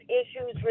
issues